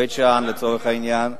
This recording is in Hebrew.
בית-שאן, לצורך העניין,